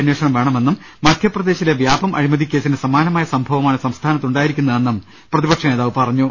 അന്വേഷണം വേണമെന്നും മധ്യപ്രദേശിലെ വ്യാപം അഴിമതിക്കേസിന് സമാനമായ സംഭവമാണ് സംസ്ഥാനത്ത് ഉണ്ടാ യിരിക്കുന്നതെന്നും പ്രതിപക്ഷനേതാവ് പറഞ്ഞു